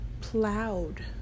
plowed